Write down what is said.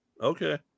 Okay